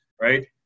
right